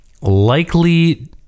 likely